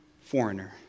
foreigner